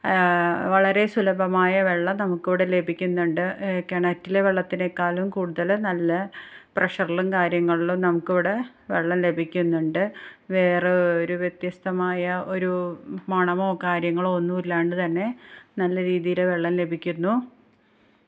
വളരെ സുലഭമായ വെള്ളം നമുക്കിവിടെ ലഭിക്കുന്നുണ്ട് കിണറ്റിലെ വെള്ളത്തിലേക്കാളും കൂടുതൽ നല്ല പ്രഷറിലും കാര്യങ്ങളിലും നമുക്കിവിടെ വെള്ളം ലഭിക്കുന്നുണ്ട് വേറെ ഒരു വ്യത്യസ്തമായ ഒരു മണമോ കാര്യങ്ങളോ ഒന്നുമില്ലാണ്ടു തന്നെ നല്ല രീതിയിൽ വെള്ളം ലഭിക്കുന്നു